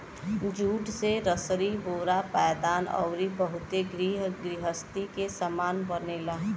jute से रसरी बोरा पायदान अउरी बहुते घर गृहस्ती के सामान बनेला